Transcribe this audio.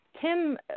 Tim